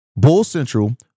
BULLCENTRAL